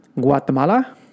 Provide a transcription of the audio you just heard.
Guatemala